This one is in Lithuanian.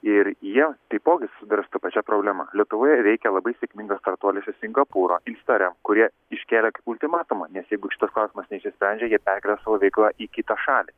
ir jie taipogi susiduria su ta pačia problema lietuvoje veikia labai sėkmingas startuolis iš singapūro instarem kurie iškėlė ultimatumą nes jeigu šitas klausimas neišsisprendžia jie perkelia savo veiklą į kitą šalį